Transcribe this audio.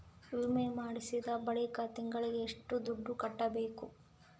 ವಿಮೆ ಮಾಡಿಸಿದ ಬಳಿಕ ತಿಂಗಳಿಗೆ ಎಷ್ಟು ದುಡ್ಡು ಕಟ್ಟಬೇಕು?